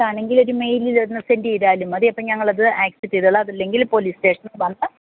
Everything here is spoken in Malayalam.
ഒരു മെയിലിൽ ഒന്നു സെന്റ്യ്താലും മതി അപ്പോൾ ഞങ്ങളത് ആക്സെപ്പ് ചെയ്തോളാം അതില്ലെങ്കിൽ പോലീസ് സ്റ്റേഷനിൽ വന്ന്